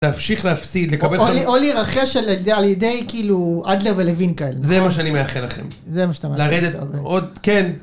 ‫להמשיך להפסיד, לקבל... ‫-או להירכש על ידי אדלר ולווין כאלה. ‫זה מה שאני מאחל לכם. ‫-זה מה שאתה מאחל לכם. ‫לרדת עוד... כן.